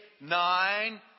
nine